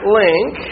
link